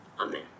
Amen